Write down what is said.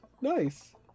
Nice